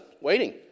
waiting